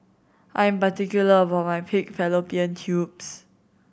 I am particular about my pig fallopian tubes